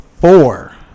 four